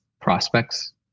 prospects